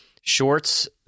shorts